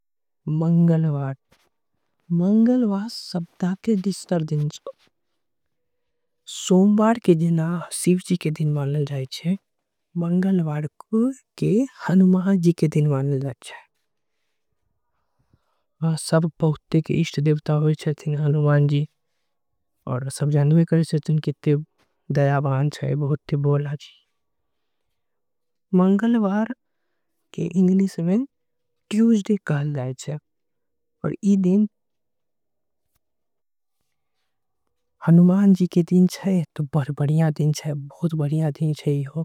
मंगलवार सप्ताह के दूसरा दिन होई छे। सोमवार के शिवजी के दिन मानल जाई छे। मंगलवार के हनुमान जी के दिन मानल जाई छे। हमर सब के इष्ट देवता मनल जाए छीये। सब जाने करे छे की उ कतना महान छे। मंगलवार के इंग्लिश में ट्यूजडे कहे जाय छीये।